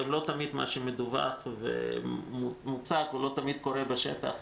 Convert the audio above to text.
כי לא תמיד מה שמדווח ומוצג קורה בשטח.